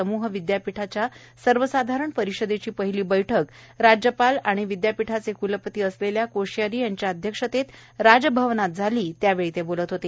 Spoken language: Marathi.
समूह विद्यापीठाच्या सर्वसाधारण परिषदेची पहिली बैठक राज्यपाल आणि विद्यापीठाचे कुलपती कोश्यारी यांच्या अध्यक्षतेत आज राजभवनात झाली त्यावेळी ते बोलत होते